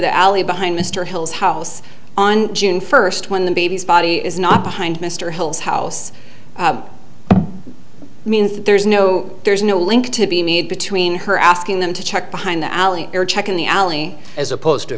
the alley behind mr hill's house on june first when the baby's body is not behind mr hill's house means that there's no there's no link to be made between her asking them to check behind the alley or checking the alley as opposed to